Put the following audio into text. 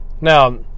Now